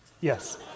yes